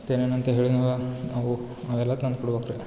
ಮತ್ತು ಏನೇನಂತ ಹೇಳಿನಲ್ಲ ಅವು ಅವೆಲ್ಲ ತಂದು ಕೊಡ್ಬೇಕ್ ರೀ